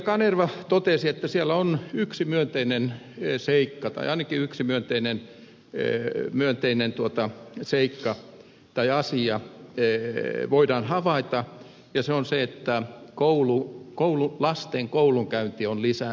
kanerva totesi että siellä voidaan havaita ainakin yksi myönteinen tuota seikka että jashin ja yö ei voida asia ja se on se että lasten koulunkäynti on lisääntynyt